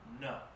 No